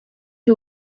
who